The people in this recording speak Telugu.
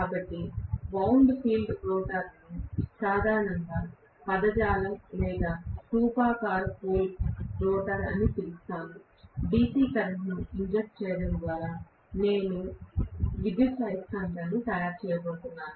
కాబట్టి నేను వౌండ్ ఫీల్డ్ రోటర్ను సాధారణ పదజాలం లేదా స్థూపాకార పోల్ రోటర్ అని పిలుస్తాను DC కరెంట్ను ఇంజెక్ట్ చేయడం ద్వారా నేను విద్యుదయస్కాంతాన్ని తయారు చేయబోతున్నాను